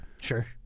Sure